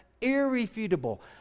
irrefutable